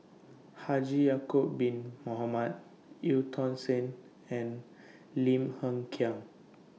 Haji Ya'Acob Bin Mohamed EU Tong Sen and Lim Hng Kiang